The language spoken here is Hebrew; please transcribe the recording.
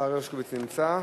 השר הרשקוביץ נמצא?